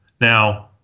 Now